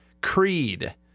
Creed